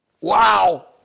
Wow